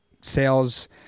sales